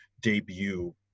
debut